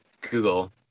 Google